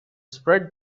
spread